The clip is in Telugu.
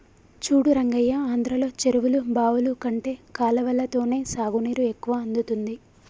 చూడు రంగయ్య ఆంధ్రలో చెరువులు బావులు కంటే కాలవలతోనే సాగునీరు ఎక్కువ అందుతుంది